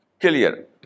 clear